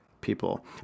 people